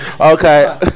Okay